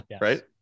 Right